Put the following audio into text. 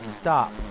stop